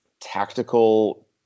tactical